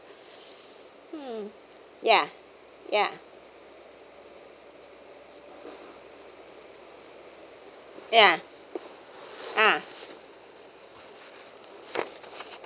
hmm ya ya ya ah